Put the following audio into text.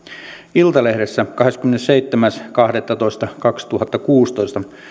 iltalehdessä kahdeskymmenesseitsemäs kahdettatoista kaksituhattakuusitoista